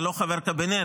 אתה לא חבר קבינט,